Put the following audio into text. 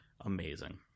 Amazing